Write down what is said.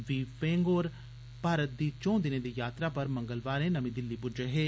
वी Fenghe होर भारत दी चऊं दिने दी यात्रा पर मंगलवारे नमीं दिल्ली पुज्जे हे